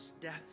death